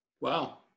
Wow